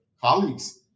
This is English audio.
colleagues